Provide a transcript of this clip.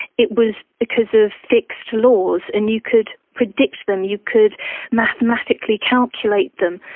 it was because of fixed laws, and you could predict them, you could mathematically calculate them.